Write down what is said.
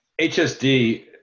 HSD